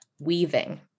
weaving